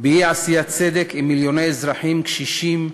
באי-עשיית צדק עם מיליוני אזרחים, קשישים,